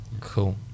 cool